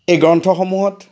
এই গ্ৰন্থসমূহত